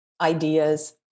ideas